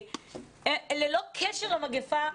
ללא קשר למגפה,